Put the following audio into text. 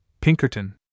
Pinkerton